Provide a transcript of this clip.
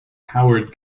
howard